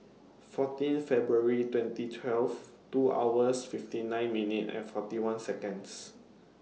fourteen February twenty twelve two hours fifty nine minute and forty one Seconds